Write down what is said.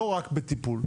לא רק בטיפול.